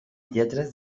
lletres